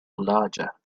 larger